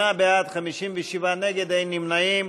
48 בעד, 57 נגד, אין נמנעים.